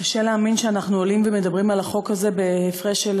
קשה להאמין שאנחנו עולים ומדברים על החוק הזה בהפרש של